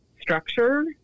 structure